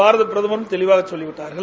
பாரத பிரதமரும் தெளிவாக சொல்லிவிட்டார்கள்